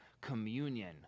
communion